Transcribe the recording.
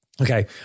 Okay